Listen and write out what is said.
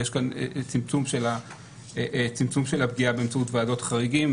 יש כאן צמצום של הפגיעה באמצעות ועדות חריגים,